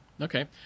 Okay